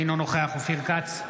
אינו נוכח אופיר כץ,